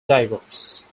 divorce